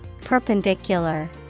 Perpendicular